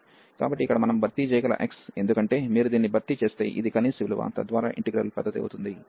కాబట్టి ఇక్కడ మనం భర్తీ చేయగల x ఎందుకంటే మీరు దీన్ని భర్తీ చేస్తే ఇది కనీస విలువ తద్వారా ఇంటిగ్రల్ పెద్దది అవుతుంది